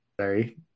Sorry